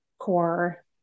core